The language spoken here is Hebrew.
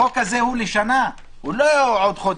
החוק הזה הוא לשנה, הוא לא עוד חודש.